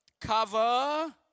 cover